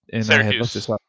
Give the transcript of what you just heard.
Syracuse